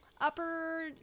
upper